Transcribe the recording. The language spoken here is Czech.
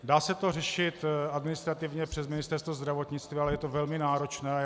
Dá se to řešit administrativně přes Ministerstvo zdravotnictví, ale je to velmi náročné.